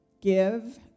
give